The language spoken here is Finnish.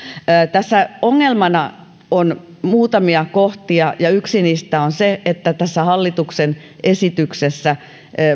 tässä ongelmana on muutamia kohtia ja yksi niistä on se että hallituksen esityksessä